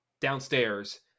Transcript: downstairs